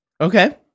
Okay